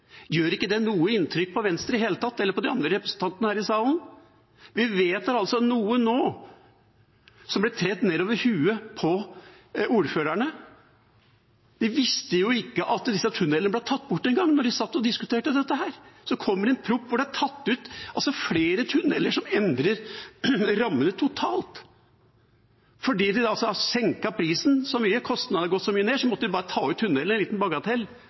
Gjør ikke det noe inntrykk på Venstre i det hele tatt, eller på de andre representantene her i salen? Vi vedtar altså noe nå som blir tredd nedover hodet på ordførerne. De visste jo ikke at disse tunnelene ble tatt bort engang da de satt og diskuterte dette, og så kommer det en proposisjon hvor det er tatt ut flere tunneler, som endrer rammene totalt. Fordi de har senket prisen så mye, kostnadene har gått så mye ned, måtte de bare ta ut tunneler – en liten bagatell